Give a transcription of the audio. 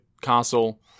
castle